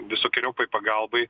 visokeriopai pagalbai